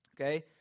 Okay